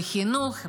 בחינוך,